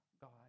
god